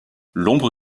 l’ombre